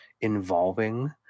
involving